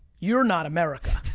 you're not america.